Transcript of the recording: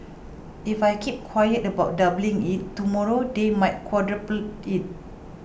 if I keep quiet about doubling it tomorrow they might quadruple it